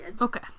Okay